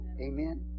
Amen